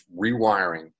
rewiring